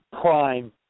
prime